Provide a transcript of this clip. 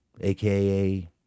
aka